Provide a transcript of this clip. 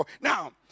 Now